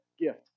gift